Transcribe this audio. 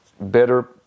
better